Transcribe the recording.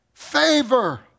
Favor